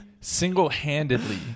single-handedly